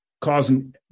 causing